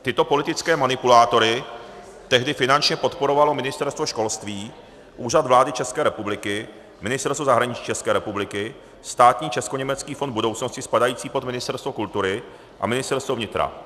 Tyto politické manipulátory tehdy finančně podporovalo Ministerstvo školství, Úřad vlády České republiky, Ministerstvo zahraničí České republiky, státní Českoněmecký fond budoucnosti spadající pod Ministerstvo kultury, a Ministerstvo vnitra.